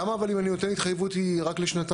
למה אבל אם אני נותן התחייבות היא רק לשנתיים?